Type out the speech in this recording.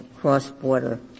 cross-border